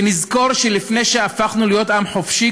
שנזכור שלפני שהפכנו להיות עם חופשי,